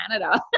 Canada